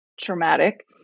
traumatic